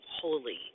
holy